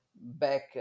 Back